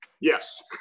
Yes